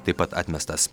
taip pat atmestas